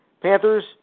Panthers